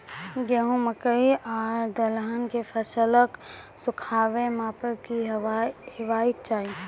गेहूँ, मकई आर दलहन के फसलक सुखाबैक मापक की हेवाक चाही?